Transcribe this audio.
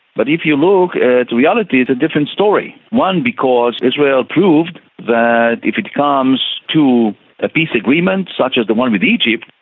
but if you look at reality it's a different story one, because israel proved that if it comes to a peace agreement, such as the one with egypt,